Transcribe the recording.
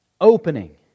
opening